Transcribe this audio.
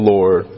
Lord